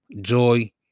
joy